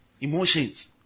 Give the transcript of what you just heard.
Emotions